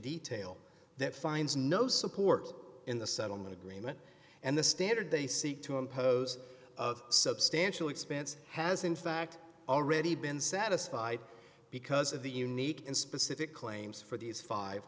detail that finds no support in the settlement agreement and the standard they seek to impose of substantial expense has in fact already been satisfied because of the unique and specific claims for these five